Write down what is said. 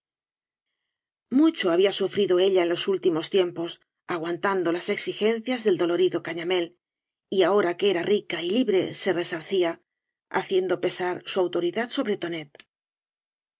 mucho había sufrido ella en los últimos tiempos aguantando las exigencias del dolorido caña mélf y ahora que era rica y libre se resarcía haciendo pesar su autoridad sobre tonet